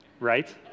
Right